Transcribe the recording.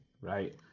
right